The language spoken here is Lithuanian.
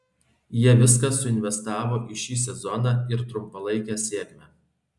jie viską suinvestavo į šį sezoną ir trumpalaikę sėkmę